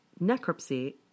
necropsy